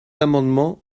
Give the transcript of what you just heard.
amendement